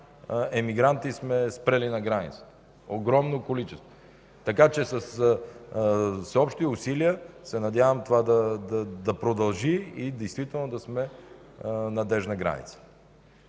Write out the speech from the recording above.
имигранти сме спрели на границата. Огромно количество. Така че с всеобщи усилия се надявам това да продължи и наистина да сме надеждна граница.